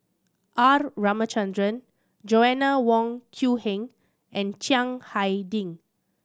R Ramachandran Joanna Wong Quee Heng and Chiang Hai Ding